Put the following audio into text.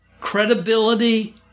Credibility